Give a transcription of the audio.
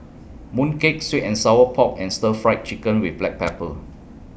Mooncake Sweet and Sour Pork and Stir Fry Chicken with Black Pepper